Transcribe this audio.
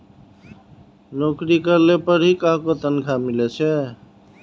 नोकरी करले पर ही काहको तनखा मिले छे